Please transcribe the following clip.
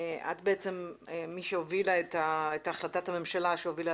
את בעצם מי שהובילה את החלטת הממשלה שהובילה